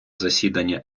засідання